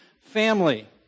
family